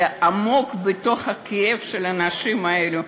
זה עמוק בתוך הכאב של האנשים האלה.